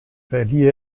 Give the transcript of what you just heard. verlieh